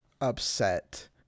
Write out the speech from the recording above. upset